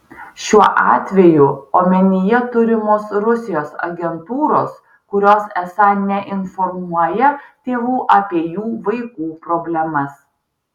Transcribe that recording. šiuo atveju omenyje turimos rusijos agentūros kurios esą neinformuoja tėvų apie jų vaikų problemas